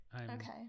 Okay